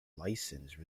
licence